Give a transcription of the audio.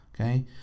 okay